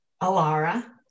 Alara